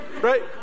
Right